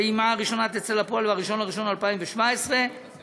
הפעימה הראשונה תצא לפועל ב-1 בינואר 2017 ל-24%,